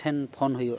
ᱴᱷᱮᱱ ᱯᱷᱳᱱ ᱦᱩᱭᱩᱜᱼᱟ